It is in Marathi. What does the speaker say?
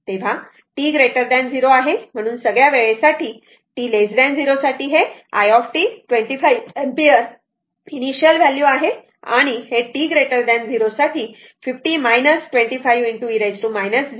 तर t 0 आहे म्हणून सगळ्या वेळेसाठी म्हणजे t 0 साठी हे i t 25 ampere initial value आहे आणि हे t 0 साठी 50 25 e 0